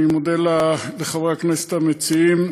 אני מודה לחברי הכנסת המציעים.